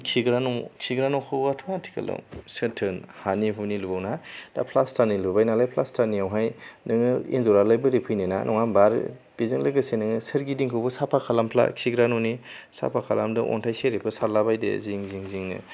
खिग्रा न' खिग्रा न'खौवाथ' आथिखालाव सोरथो हानि हुनि लुबावो ना दा फ्लास्टारनि लुबाय नालाय फ्लास्टारनियावहाय नोङो एन्जरालाय बोरै फैनो ना नङा होमबा आरो बेजों लोगोसे नोङो सोरगिदिंखौबो साफा खालामफ्ला खिग्रा न'नि साफा खालामदो अन्थाइ सेरेबफोर सारला बायदो जिं जिं जिंनो